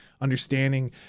understanding